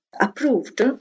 approved